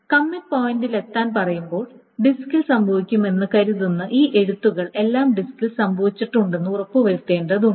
commit പോയിന്റിൽ എത്താൻ പറയുമ്പോൾ ഡിസ്കിൽ സംഭവിക്കുമെന്ന് കരുതുന്ന ഈ എഴുത്തുകൾ എല്ലാം ഡിസ്കിൽ സംഭവിച്ചിട്ടുണ്ടെന്ന് ഉറപ്പുവരുത്തേണ്ടതുണ്ട്